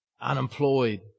unemployed